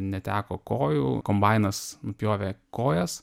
neteko kojų kombainas nupjovė kojas